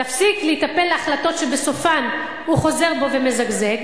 להפסיק להיטפל להחלטות שבסופן הוא חוזר בו ומזגזג,